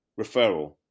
referral